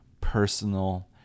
personal